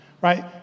right